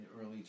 early